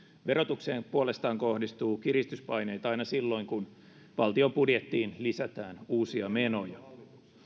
verotukseen puolestaan kohdistuu kiristyspaineita aina silloin kun valtion budjettiin lisätään uusia menoja